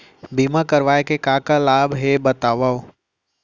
बीमा करवाय के का का लाभ हे बतावव?